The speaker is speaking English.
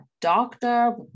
doctor